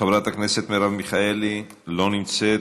חברת הכנסת מרב מיכאלי, לא נמצאת,